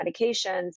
medications